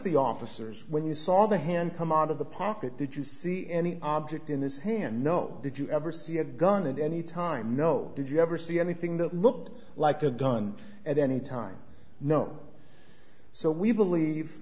the officers when you saw the hand come out of the pocket did you see any object in this hand no did you ever see a gun in any time no did you ever see anything that looked like a gun at any time no so we believe